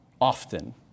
often